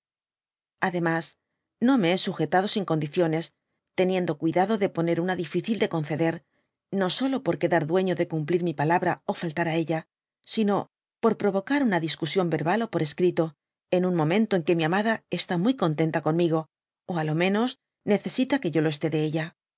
ademas no me bé sujetado sin condiciones teniendo cuidado de poner una difícil de conceder no solo por quedar dueño de cumplir mi palabra ó faltar á ella sino por provocar una discusión verbal ó por escrito en un jooneo to en que mi amada está muy contenta conmigo d á lo menos necesita que yo lo est de ella